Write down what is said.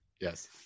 Yes